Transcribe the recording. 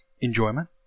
enjoyment